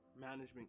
Management